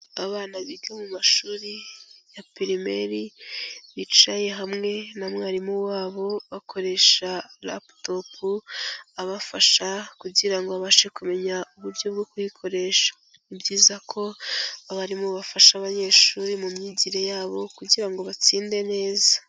Abana biga mu mashuri ya pirimeri, bicaye hamwe na mwarimu wabo bakoresha laptop, abafasha kugira ngo babashe kumenya uburyo bwo kuyikoresha, ni byiza ko abarimu bafasha abanyeshuri mu myigire yabo kugira ngo batsinde neza.